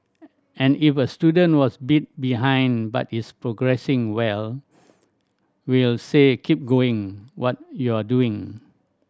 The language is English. and if a student was a bit behind but is progressing well we'll say keep going what you're doing